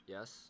Yes